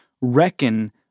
reckon